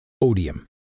Odium